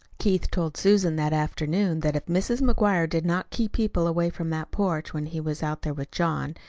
keith told susan that afternoon that if mrs. mcguire did not keep people away from that porch when he was out there with john,